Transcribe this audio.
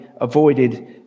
avoided